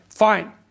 Fine